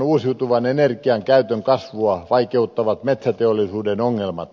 uusiutuvan energian käytön kasvua vaikeuttavat metsäteollisuuden ongelmat